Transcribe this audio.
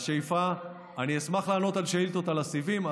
אני אשמח לענות על שאילתות על סיבים.